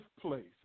place